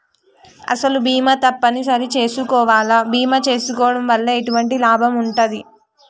అసలు బీమా తప్పని సరి చేసుకోవాలా? బీమా చేసుకోవడం వల్ల ఎటువంటి లాభం ఉంటది?